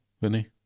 Vinny